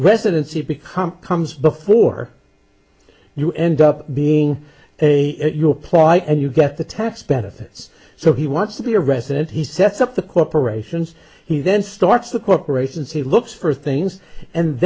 residency become comes before you end up being a your plight and you get the tax benefits so he wants to be a resident he sets up the corporations he then starts the corporations he looks for things and